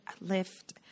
lift